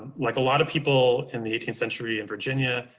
like a lot of people in the eighteenth century in virginia,